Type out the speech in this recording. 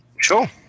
Sure